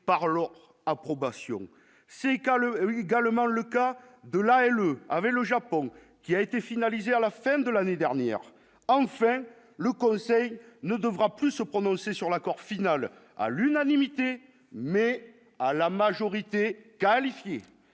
c'est l'également le cas de la elle avait le Japon qui a été finalisée à la fin de l'année dernière, enfin, le Conseil ne devra plus se prononcer sur l'accord final, à l'unanimité mais à la majorité qualifiée